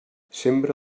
sembra